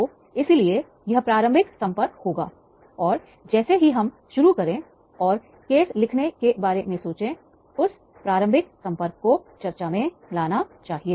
तो इसीलिए यह प्रारंभिक संपर्क होगा और जैसे ही हम शुरू करें और केस लिखने के बारे में सोचें उस प्रारंभिक संपर्क को चर्चा में लाना चाहिए